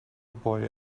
boy